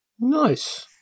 Nice